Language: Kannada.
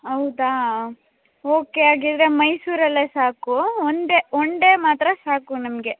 ಹೌದಾ ಓಕೆ ಹಾಗಿದ್ರೆ ಮೈಸೂರಲ್ಲೇ ಸಾಕು ಒನ್ ಡೇ ಒನ್ ಡೇ ಮಾತ್ರ ಸಾಕು ನಮಗೆ